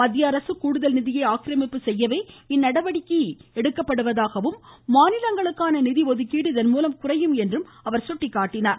மத்திய அரசு கூடுதல் நிதியை ஆக்கிரமிப்பு செய்யவே இந்நடவடிக்கை மேற்கொள்ளப்படுவதாகவும் மாநிலங்களுக்கான நிதி ஒதுக்கீடு இதன் மூலம் குறையும் என்றும் அவர் எடுத்துரைத்தார்